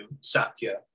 Sakya